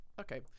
Okay